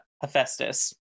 Hephaestus